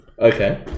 Okay